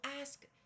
ask